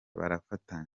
barafatanya